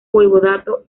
voivodato